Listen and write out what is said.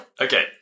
Okay